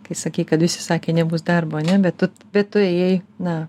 kai sakei kad visi sakė nebus darbo ane bet tu bet tu ėjai na